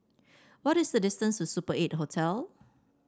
what is the distance to Super Eight Hotel